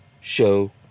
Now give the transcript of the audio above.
show